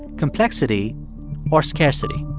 complexity or scarcity